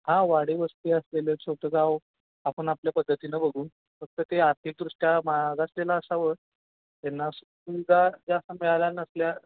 हा वाडीवस्ती असलेलं छोटं गाव आपन आपल्या पद्धतीनं बघून फक्त ते आर्थिकदृष्ट्या मागासलेलं असावं त्यांना सुविधा जास्त मिळाल्या नसल्या